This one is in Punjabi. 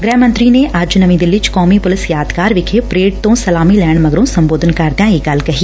ਗ੍ਰਹਿ ਮੰਤਰੀ ਨੇ ਅੱਜ ਨਵੀਂ ਦਿੱਲੀ ਂਚ ਕੌਮੀ ਪੁਲਿਸ ਯਾਦਗਾਰ ਵਿਖੇ ਪਰੇਡ ਤੋਂ ਸਲਾਮੀ ਲੈਣ ਮਗਰੋਂ ਸੰਬੋਧਨ ਕਰਦਿਆਂ ਇਹ ਗੱਲ ਕਹੀ